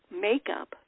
makeup